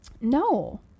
No